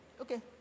Okay